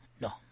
No